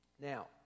Now